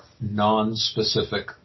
non-specific